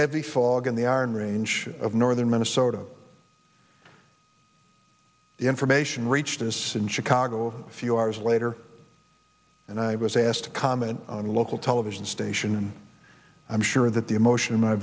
heavy fog in the iron range of northern minnesota the information reached this in chicago a few hours later and i was asked to comment on local television station and i'm sure that the emotion in my